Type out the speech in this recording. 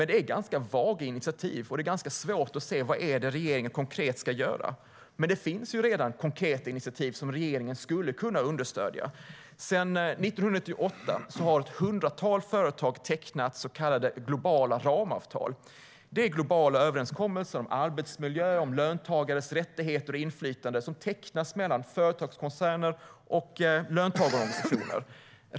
Det är ganska vaga initiativ, och det är svårt att se vad regeringen konkret ska göra. Det finns redan konkreta initiativ som regeringen skulle kunna stödja. Sedan 1998 har ett hundratal företag tecknat så kallade globala ramavtal. Det är globala överenskommelser om arbetsmiljö och om löntagares rättigheter och inflytande som tecknas mellan företagskoncerner och löntagarorganisationer.